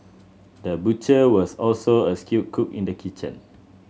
the butcher was also a skilled cook in the kitchen